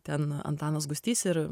ten antanas gustys ir